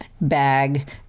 bag